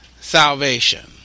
salvation